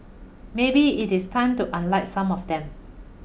maybe it is time to unlike some of them